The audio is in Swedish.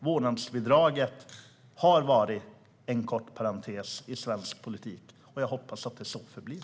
Vårdnadsbidraget har varit en kort parentes i svensk politik, och jag hoppas att den så förblir.